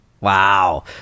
Wow